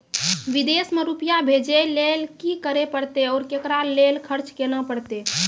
विदेश मे रुपिया भेजैय लेल कि करे परतै और एकरा लेल खर्च केना परतै?